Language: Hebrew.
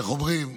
איך אומרים?